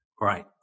Right